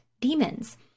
demons